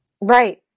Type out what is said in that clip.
Right